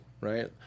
Right